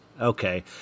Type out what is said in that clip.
okay